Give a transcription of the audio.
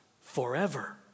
forever